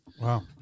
Wow